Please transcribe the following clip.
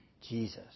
Jesus